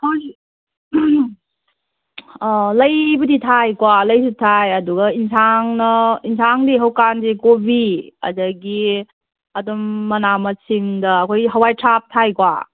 ꯃꯥꯒꯤ ꯂꯩ ꯕꯨꯗꯤ ꯊꯥꯏꯀꯣ ꯂꯩꯁꯨ ꯊꯥꯏ ꯑꯗꯨꯒ ꯖꯦꯟꯁꯥꯡꯅ ꯖꯦꯟꯁꯥꯡꯗꯤ ꯍꯧꯖꯤꯛꯀꯥꯟꯗꯤ ꯀꯣꯕꯤ ꯑꯗꯨꯗꯒꯤ ꯑꯗꯨꯝ ꯃꯅꯥ ꯃꯁꯤꯡꯗ ꯑꯩꯈꯣꯏꯒꯀꯤ ꯍꯋꯥꯏꯊ꯭ꯔꯥꯛ ꯊꯥꯏꯀꯣ